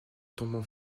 tombeau